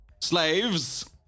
Slaves